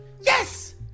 yes